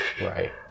Right